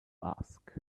ask